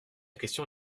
question